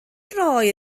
roi